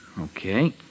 Okay